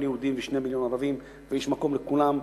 יהודים ו-2 מיליון ערבים ויש מקום לכולם.